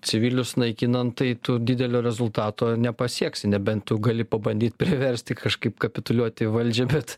civilius naikinant tai tu didelio rezultato nepasieksi nebent tu gali pabandyt priversti kažkaip kapituliuoti valdžią bet